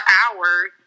hours